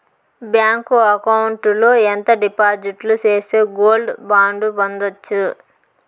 Bank account లో ఎంత డిపాజిట్లు సేస్తే గోల్డ్ బాండు పొందొచ్చు?